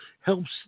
helps